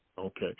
Okay